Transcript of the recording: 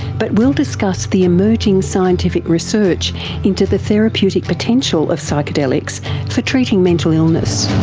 but we'll discuss the emerging scientific research into the therapeutic potential of psychedelics for treating mental illness.